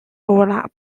overlap